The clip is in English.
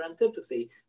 antipathy